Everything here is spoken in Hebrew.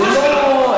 זה לא,